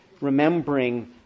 remembering